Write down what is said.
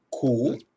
Cool